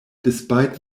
despite